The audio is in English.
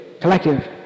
collective